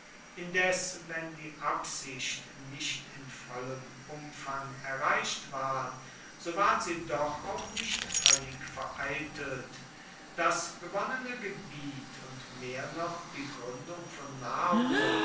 indes wenn die absicht nicht in vollem umfang erreicht ward so ward sie doch auch nicht völlig vereitelt das gewonnene gebiet und mehr noch die gründung von narbo